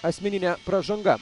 asmeninė pražanga